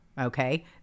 okay